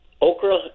Okra